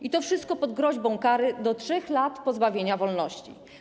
I to wszystko pod groźbą kary do 3 lat pozbawienia wolności.